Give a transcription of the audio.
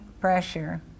pressure